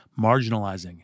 marginalizing